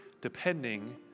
depending